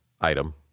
item